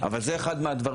אבל זה אחד מהדברים.